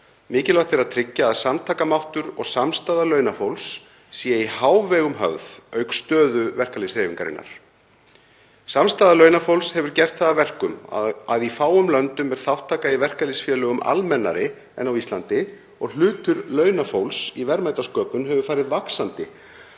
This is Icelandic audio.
Mikilvægt er að tryggja að samtakamáttur og samstaða launafólks sé í hávegum höfð auk stöðu verkalýðshreyfingarinnar. Samstaða launafólks hefur gert það að verkum að í fáum löndum er þátttaka í verkalýðsfélögum almennari en á Íslandi og hlutur launafólks í verðmætasköpun hefur farið vaxandi